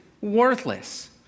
worthless